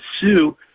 sue